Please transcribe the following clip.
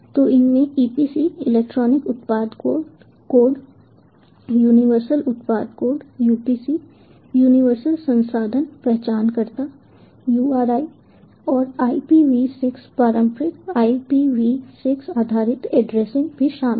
तो इनमें EPC electronic उत्पाद कोड यूनिवर्सल उत्पाद कोड UPC यूनिवर्सल संसाधन पहचानकर्ता URI और IPv6 पारंपरिक IPv6 आधारित एड्रेसिंग भी शामिल है